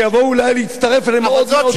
שיבואו אולי להצטרף אליהם עוד מאות.